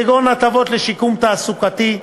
כגון הטבות לשיקום תעסוקתי,